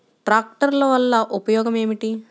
ట్రాక్టర్ల వల్ల ఉపయోగం ఏమిటీ?